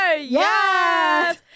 yes